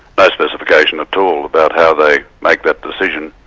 but specification at all about how they make that decision,